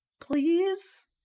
Please